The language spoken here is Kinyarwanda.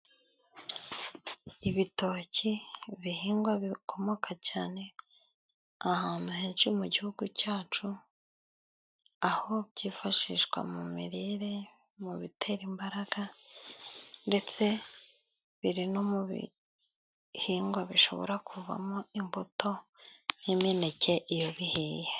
Ibitoki, bihingwa bikomoka cyane ahantu henshi mu gihugu cyacu, aho byifashishwa mu imirire mu ibitera imbaraga ndetse biri no mu bihingwa bishobora kuvamo imbuto n'imineke iyo bihiye.